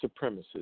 supremacists